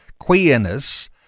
Queerness